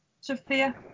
Sophia